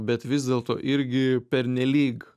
bet vis dėlto irgi pernelyg